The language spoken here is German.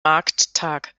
markttag